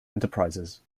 enterprises